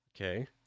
okay